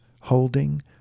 holding